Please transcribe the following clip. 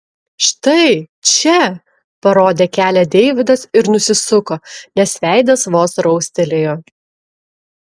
štai čia parodė kelią deividas ir nusisuko nes veidas vos raustelėjo